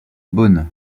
beaune